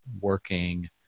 working